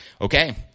Okay